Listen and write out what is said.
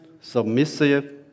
submissive